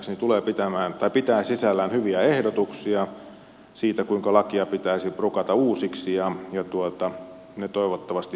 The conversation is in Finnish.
se aloite minun käsittääkseni pitää sisällään hyviä ehdotuksia siitä kuinka lakia pitäisi brukata uusiksi ja ne toivottavasti huomioidaan